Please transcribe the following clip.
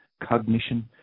cognition